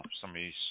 somebody's